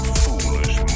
foolish